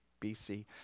BC